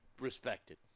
respected